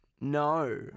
No